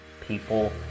people